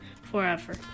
forever